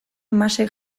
masek